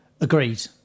Agreed